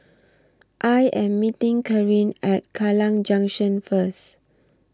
I Am meeting Carin At Kallang Junction First